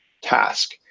task